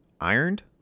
ironed